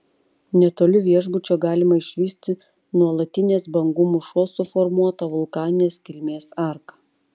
netoli viešbučio galima išvysti nuolatinės bangų mūšos suformuotą vulkaninės kilmės arką